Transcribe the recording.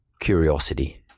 curiosity